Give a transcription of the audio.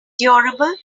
durable